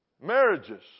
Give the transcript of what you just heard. marriages